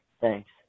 Thanks